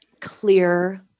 clear